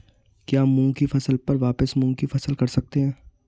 क्या मूंग की फसल पर वापिस मूंग की फसल कर सकते हैं?